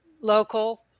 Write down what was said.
local